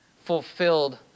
fulfilled